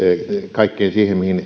kaikkeen siihen mihin